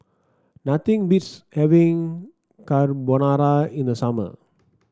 nothing beats having Carbonara in the summer